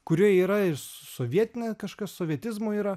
kuri yra sovietinė kažkas sovietizmo yra